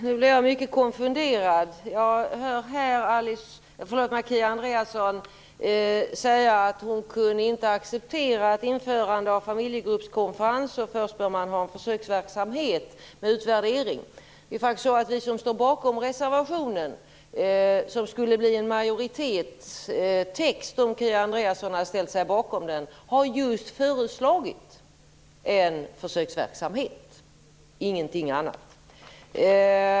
Fru talman! Jag blir mycket konfunderad när jag hör Kia Andreasson säga att hon inte kunde acceptera ett införande av familjegruppskonferenser därför att man först bör ha en försöksverksamhet med utvärdering. Vi som står bakom reservationen, som skulle ha blivit en majoritetstext om Kia Andreasson hade ställt sig bakom den, har föreslagit just en försöksverksamhet - ingenting annat.